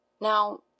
Now